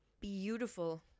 beautiful